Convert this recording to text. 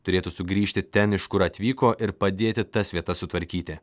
turėtų sugrįžti ten iš kur atvyko ir padėti tas vietas sutvarkyti